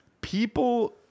People